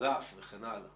ננזף וכן הלאה